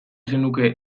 zenuke